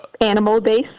Animal-based